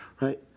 Right